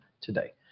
today